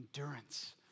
endurance